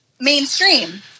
mainstream